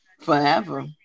forever